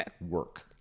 work